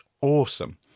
awesome